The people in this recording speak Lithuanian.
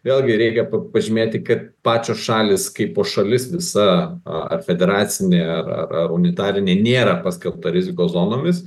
vėlgi reikia pažymėti kad pačios šalys kaipo šalis visa ar federacinė ar ar unitarinė nėra paskelbta rizikos zonomis